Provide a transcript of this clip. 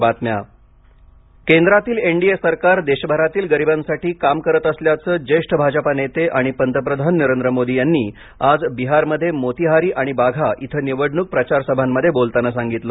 बिहार केंद्रातील एनडीए सरकार देशभऱातील गरीबांसाठी काम करत असल्याचं ज्येष्ठ भाजपा नेते आणि पंतप्रधान नरेंद्र मोदी यांनी आज बिहारमध्ये मोतिहारी आणि बाघा इथं निवडणूक प्रचार सभांमध्ये बोलताना सांगितलं